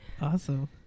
Awesome